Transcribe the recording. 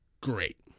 Great